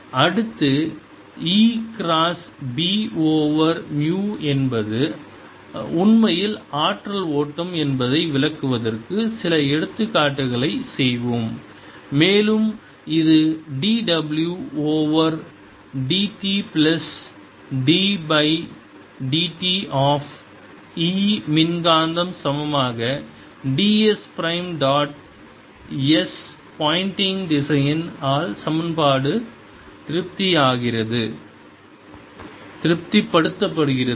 10EBSEnergy flowarea×time அடுத்து E cross B over மு என்பது உண்மையில் ஆற்றல் ஓட்டம் என்பதை விளக்குவதற்கு சில எடுத்துக்காட்டுகளைச் செய்வோம் மேலும் இது dw over dt plus d by dt of E மின்காந்தம் சமமாக ds prime dot s Poynting திசையன் ஆல் சமன்பாடு திருப்திப்படுத்துகிறது